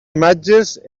imatges